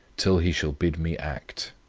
till he shall bid me act.